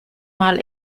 mal